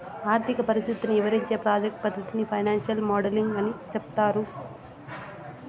ఆర్థిక పరిస్థితిని ఇవరించే ప్రాజెక్ట్ పద్దతిని ఫైనాన్సియల్ మోడలింగ్ అని సెప్తారు